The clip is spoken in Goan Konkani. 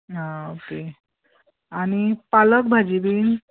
आं ओके आनी पालक भाजी बी